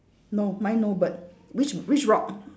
no mine no bird which which rock